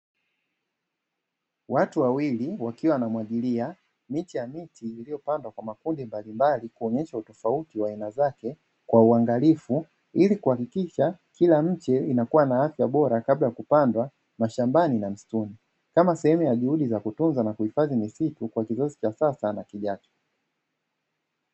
Watu wawili wakiwa wanamwagilia miche ya miti iliyopandwa kwa makundi mbalimbali kuonesha utofauti wa aina zake kwa ungalifu, ili kuhakikisha kila mche inakua na afya bora kabla ya kupandwa mashambani na msituni, kama sehemu na juhudi za kutunza misitu kwa kizazi cha sasa na kijacho.